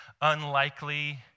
unlikely